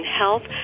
health